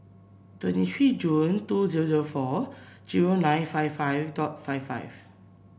twenty three June two zero zero four zero nine five five dot five five